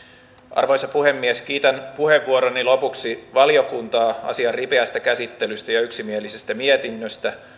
arvoisa puhemies kiitän puheenvuoroni lopuksi valiokuntaa asian ripeästä käsittelystä ja yksimielisestä mietinnöstä